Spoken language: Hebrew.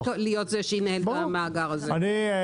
להיות זה שינהל את המאגר הזה.